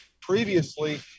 previously